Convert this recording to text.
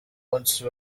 munsi